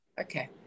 Okay